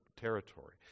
territory